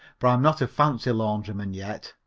but i'm not a fancy laundryman yet.